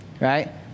Right